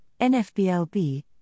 NFBLB